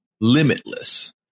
Limitless